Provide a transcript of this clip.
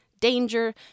danger